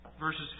Verses